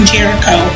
Jericho